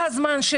חוצפה.